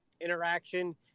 Interaction